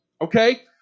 Okay